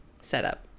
setup